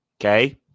okay